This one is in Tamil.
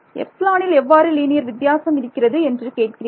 எப்ஸிலானில் எவ்வாறு லீனியர் வித்தியாசம் இருக்கிறது என்று கேட்கிறீர்கள்